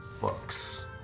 books